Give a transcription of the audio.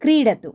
क्रीडतु